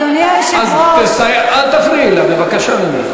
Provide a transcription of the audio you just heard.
אל תפריעי לה, בבקשה ממך.